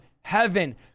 heaven